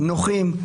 נוחים,